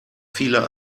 viele